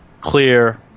clear